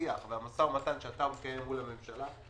השיח והמשא ומתן שאתה מקיים מול הממשלה,